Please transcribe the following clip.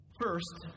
First